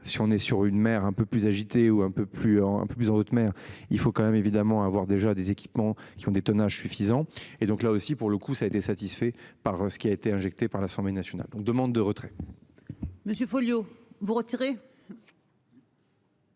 si on est sur une mer un peu plus agitée ou un peu plus, un peu plus en haute mer. Il faut quand même évidemment avoir déjà des équipements qui ont des tonnages suffisant et donc là aussi pour le coup ça été satisfait par ce qui a été injecté par l'Assemblée nationale. On demande de retrait. Monsieur Folliot vous retirer.